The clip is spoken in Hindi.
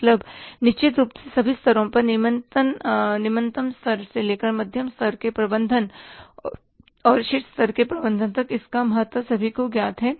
मतलब निश्चित रूप से सभी स्तरों पर निम्नतम स्तर से लेकर मध्यम स्तर के प्रबंधन और शीर्ष स्तर के प्रबंधन तक इसका महत्व सभी को ज्ञात है